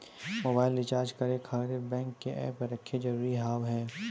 Mobile recharge करे खातिर bank के ऐप रखे जरूरी हाव है?